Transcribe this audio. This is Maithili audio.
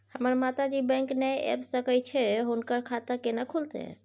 हमर माता जी बैंक नय ऐब सकै छै हुनकर खाता केना खूलतै?